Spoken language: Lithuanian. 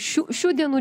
šių šių dienų